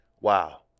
Wow